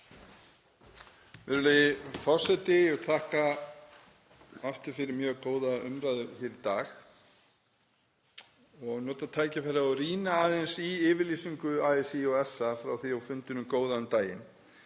Virðulegi forseti. Ég vil þakka aftur fyrir mjög góða umræðu hér í dag og nota tækifærið og rýna aðeins í yfirlýsingu ASÍ og SA frá því á fundinum góða um daginn